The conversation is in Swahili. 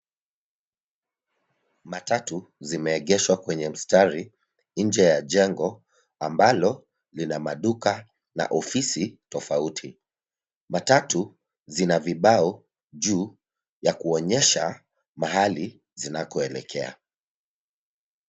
Matatu zimeegeshwa kwenye mstari nje ya jengo ambalo lina maduka na ofisi tofauti. Matatu zina vibao juu ya kuonyesha mahali zinakoelekea.